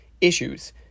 issues